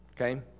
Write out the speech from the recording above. Okay